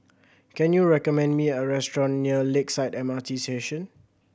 can you recommend me a restaurant near Lakeside M R T Station